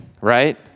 right